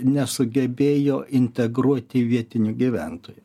nesugebėjo integruoti vietinių gyventojų